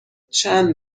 چند